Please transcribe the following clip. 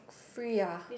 free ah